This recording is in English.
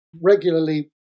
regularly